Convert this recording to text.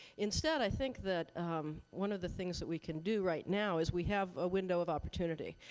instead, i think that one of the things that we can do right now is we have a window of opportunity.